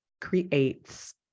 creates